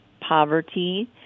poverty